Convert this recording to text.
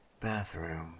Bathroom